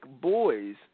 boys